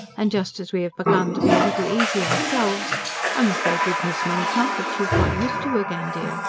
and just as we have begun to be a little easy ourselves i'm afraid you'd miss many comforts you have got used to again, dear,